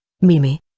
Mimi